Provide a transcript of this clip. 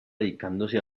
dedicándose